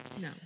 No